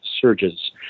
surges